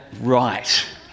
right